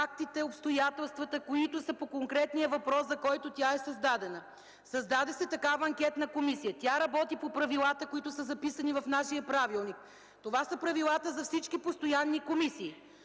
фактите, обстоятелствата, които са по конкретния въпрос, за който е създадена. Създаде се такава анкетна комисия, тя работи по правилата, които са записани в нашия правилник. Това са правилата за всички постоянни комисии.